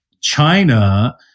china